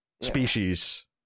species